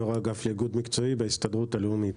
יושב-ראש האגף לאיגוד מקצועי בהסתדרות הלאומית.